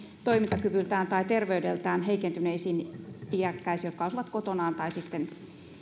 toimintakyvyltään tai terveydeltään heikentyneisiin iäkkäisiin jotka asuvat kotonaan tai sitten